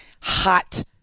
hot